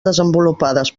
desenvolupades